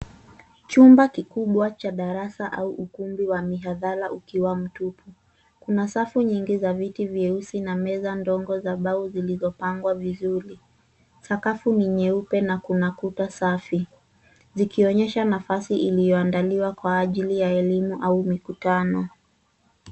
Chumba kikubwa cha darasa au ukumbi wa mihadhara ukiwa mtupu. Kuna safu nyingi za viti vyeusi na meza ndogo za mbao zilizopangwa vizuri. Sakafu ni nyeupe na kuna kuta safi, zikionyesha nafasi iliyoandaliwa kwa ajili ya elimu au mikutano.